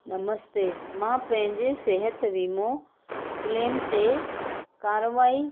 नमस्ते मां पंहिंजे सिहत वीमो क्लेम ते कार्यवाही